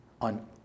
on